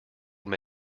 will